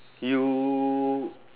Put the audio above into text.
you